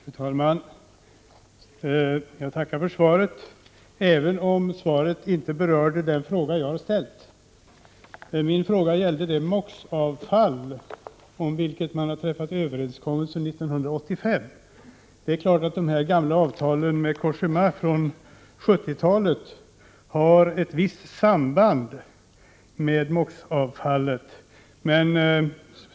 Fru talman! Jag tackar för svaret, även om svaret inte berörde den fråga jag har ställt. Min fråga gällde det MOX-avtal som träffades 1985. Det är klart att de gamla avtalen med Cogéma från 70-talet har ett visst samband med MOX-avfallet.